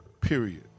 period